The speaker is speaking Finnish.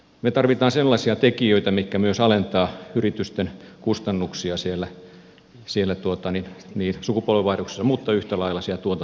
me tarvitsemme sellaisia tekijöitä mitkä myös alentavat yritysten kustannuksia siellä sukupolvenvaihdoksissa mutta yhtä lailla siellä tuotantopäässä